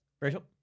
Rachel